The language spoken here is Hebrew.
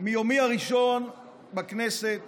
מיומי הראשון בכנסת